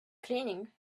cleaning